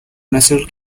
natural